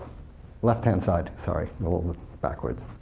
left hand side. sorry, i'm a little backwards.